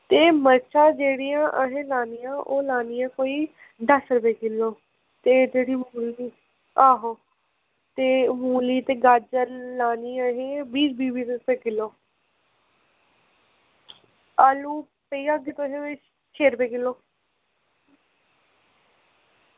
ते एह् मर्चां जेह्ड़ियां असें लानियांओह् लानियां कोई दस्स रपेऽ किलो ते एह् जेह्ड़ी आहो ते मूली ते गाजर लानी असें बीह् बीह् रपेऽ किलो आलू पेई जाग तुसेंगी कोई छे रपेऽ किलो